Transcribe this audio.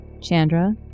Chandra